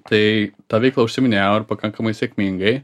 tai ta veikla užsiiminėjau pakankamai sėkmingai